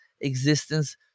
existence